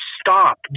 stop